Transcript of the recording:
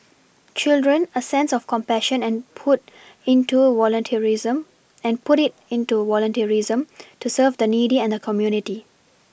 children a sense of compassion and put into volunteerism and put it into volunteerism to serve the needy and the community